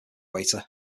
waiter